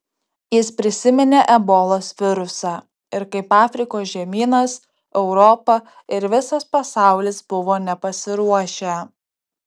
jis prisiminė ebolos virusą ir kaip afrikos žemynas europa ir visas pasaulis buvo nepasiruošę